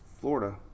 Florida